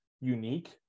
unique